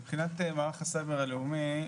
מבחינת מערך הסייבר הלאומי,